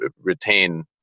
retain